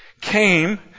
came